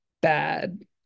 bad